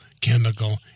chemical